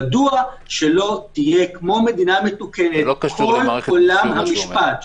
מדוע שזה לא יהיה כמו בכל מדינה מתוקנת בכל מערכת המשפט?